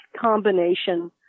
combination